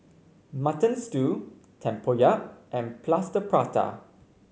Mutton Stew Tempoyak and Plaster Prata